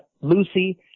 Lucy